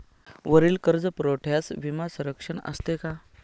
वरील कर्जपुरवठ्यास विमा संरक्षण असते का?